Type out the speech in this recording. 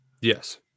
Yes